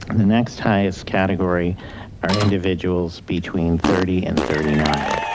the next highest category are individuals between thirty and thirty nine.